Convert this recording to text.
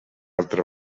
altra